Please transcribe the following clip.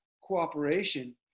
cooperation